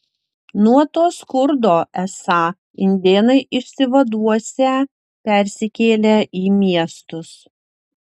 nuo to skurdo esą indėnai išsivaduosią persikėlę į miestus